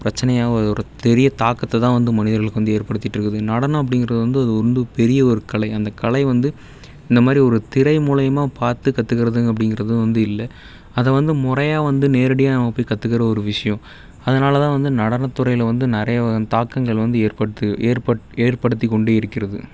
பிரச்சனையாக ஒரு பெரிய தாக்கத்தைதான் வந்து மனிதர்களுக்கு வந்து ஏற்படுத்திகிட்ருக்குது நடனம் அப்படிங்கறது வந்து அது வந்து பெரிய ஒரு கலை அந்த கலை வந்து இந்த மாதிரி ஒரு திரை மூலயமா பார்த்து கத்துக்கிறதுங் அப்படிங்கறதும் வந்து இல்லை அதை வந்து முறையாக வந்து நேரடியாக நம்ம போய் கத்துக்கிற ஒரு விஷயம் அதனாலதான் வந்து நடனத்துறையில வந்து நிறைய தாக்கங்கள் வந்து ஏற்படுத்தி ஏற்பட் ஏற்படுத்திக்கொண்டு இருக்கிறது